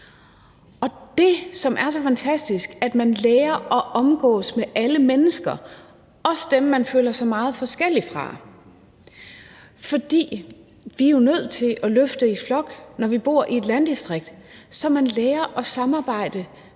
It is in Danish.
det, som er så fantastisk, at man lærer at omgås alle mennesker, også dem, man føler sig meget forskellig fra. For vi er jo nødt til at løfte i flok, når vi bor i et landdistrikt, så man lærer at samarbejde